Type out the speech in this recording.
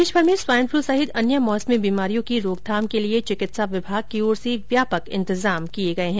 प्रदेशभर में swine flu सहित अन्य मौसमी बीमारियों की रोकथाम के लिए चिकित्सा विभाग की ओर से व्यापक इंतजाम किये गये हैं